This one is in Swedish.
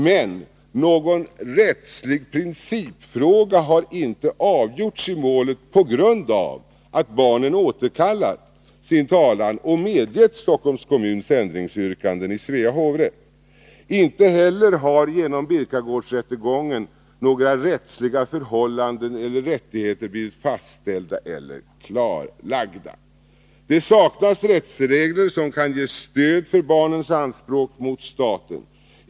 Men någon rättslig principfråga har inte avgjorts i målet på grund av att barnen återkallat sin talan och medgett Stockholms kommuns ändringsyrkanden i Svea hovrätt. Inte heller har genom Birkagårdsrättegången några rättsliga förhållanden eller rättigheter blivit fastställda eller klarlagda. Det saknas rättsregler som kan ge stöd för barnens anspråk mot staten.